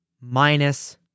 minus